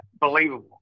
Believable